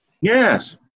Yes